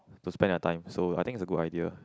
to spend their time so I think is a good idea